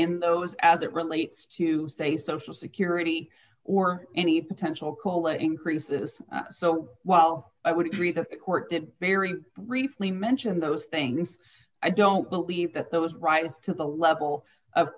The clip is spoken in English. in those as it relates to say social security or any potential cola increases so while eight i would agree the court did very recently mention those things i don't believe that those rises to the level of